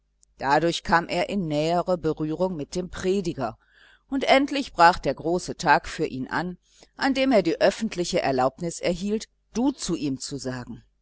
dadurch kam er in nähere berührung mit dem prediger und endlich brach der große tag für ihn an an dem er die öffentliche erlaubnis erhielt du zu ihm zu sagen